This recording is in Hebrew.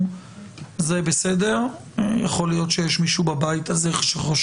ליבנו כואב הבוקר הזה יחד